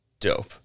Dope